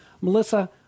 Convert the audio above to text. Melissa